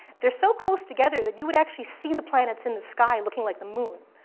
they're so close together that you would actually see the planets in the sky looking like the moon.